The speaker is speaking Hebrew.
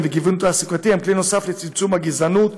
וגיוון תעסוקתי הם כלי נוסף לצמצום הגזענות.